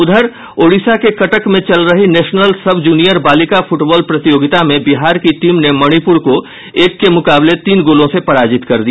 उधर ओडिशा के कटक में चल रही नेशनल सब जूनियर बालिका फुटबॉल प्रतियोगिता में बिहार की टीम ने मणिपुर को एक के मुकाबले तीन गोलों से पराजित कर दिया